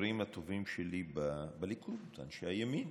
לחברים הטובים שלי בליכוד, אנשי הימין,